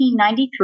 1993